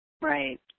Right